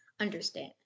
understand